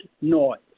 noise